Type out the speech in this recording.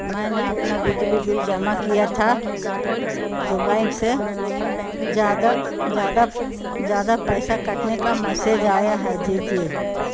میں نے اپنا بجلی بل جمع کیا تھا تو بینک سے جدہ جیادہ زیادہ پیسہ کٹنے کا میسیج آیا ہے جی جے